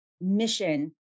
mission